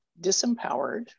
disempowered